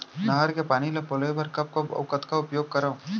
नहर के पानी ल पलोय बर कब कब अऊ कतका उपयोग करंव?